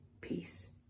peace